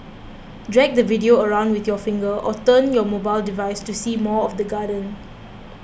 drag the video around with your finger or turn your mobile device to see more of the garden